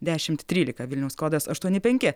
dešimt trylika vilniaus kodas aštuoni penki